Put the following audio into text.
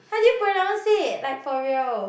how do you pronounce it like for real